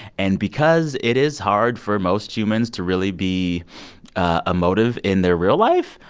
and because it is hard for most humans to really be ah emotive in their real life,